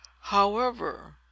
However